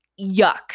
Yuck